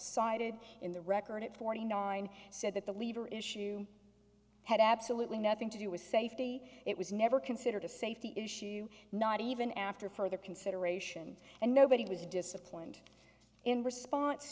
cited in the record at forty nine said that the lever issue had absolutely nothing to do with safety it was never considered a safety issue not even after further consideration and nobody was disciplined in response